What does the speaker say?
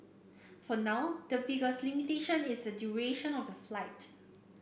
for now the biggest limitation is the duration of the flight